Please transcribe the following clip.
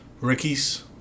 Ricky's